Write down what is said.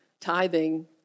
tithing